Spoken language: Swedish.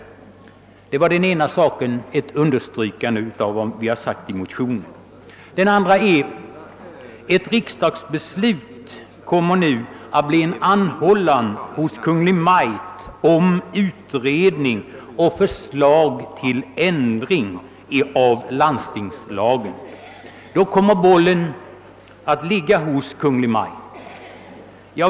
Detta var den ena saken; det är ett understrykande av vad som sägs i motionen. Den andra sak som jag vill ta upp är att ett riksdagsbeslut enligt utskottets förslag innebär en anhållan hos Kungl. Maj:t om utredning och förslag till ändring av landstingslagen. Då kommer alltså ärendet att ligga hos Kungl. Maj:t.